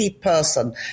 person